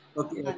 okay